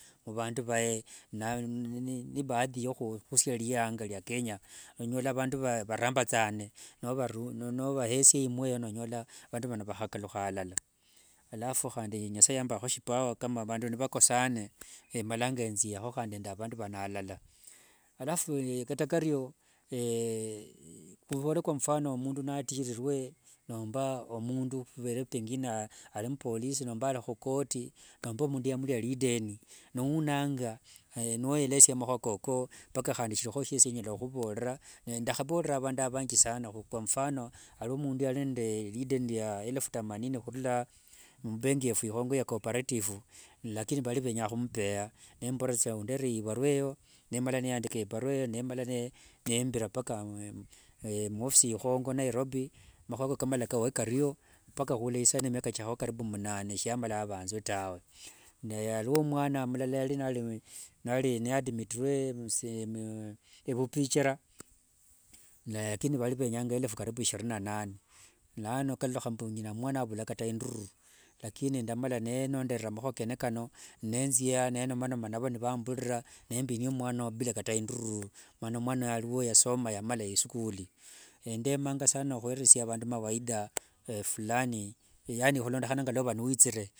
Khuvandu vae nibadhi khushianga lia kenya. Nonyola vandu varambathane, novaru novayesia imuo eyo nonyola vandu vano vakalukhane alala. Handi nyasaye yamba shipower kama vandu nivakosane, emalanga thiainavo alala. Alafu kata kario, khuvole kwa mfano mundu natiririe, nomba omundu avere pengine ali mupolice nomba alikhucourt, nomba mundu yamulia lideni, nounanga niweleza makhua koko, mpaka handi shilikhowo shiesie nyala ukhuvorera. Ndakhavolera avandu vanji sana. Kwa mfano, alio mundu walinende lideni lia elefu temanini khurula mbenki yefu ikhongo ino ya cooperative lakini vali venye khumupea, nembuvorera thia onderere ibarua eyo nimala ninyandika ibarua eyo nemala nembira mpaka mwofisi ikhongo nairobi. Makhua ako kamala nikawa kario mpaka khula isaino miaka kiakhawa karibu munane, shiamala avanzue tawe. Nde aliwo mwane mulala ni ya admitirue msent ovukichira, na lakini venyanga elefu karibu ishirini na nane. Lano kalolekha mbu nginamwana auma kata indururu. Lakini ndamala nenonderera makhua kene kano, nethia nenomanoma inavo nivambulira nembinia mwana oyo bila kata indururu, mana mwana oyo aliwo ya soma mpaka yamala isikuli. Endemanga khueresia vandu mawaidha fulani yani khulondekhana nende ngova niwithire.